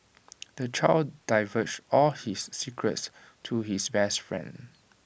the child divulged all his secrets to his best friend